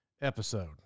episode